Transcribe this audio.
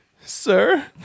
Sir